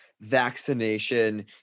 vaccination